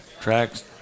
tracks